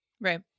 Right